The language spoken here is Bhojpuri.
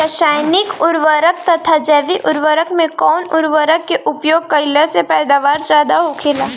रसायनिक उर्वरक तथा जैविक उर्वरक में कउन उर्वरक के उपयोग कइला से पैदावार ज्यादा होखेला?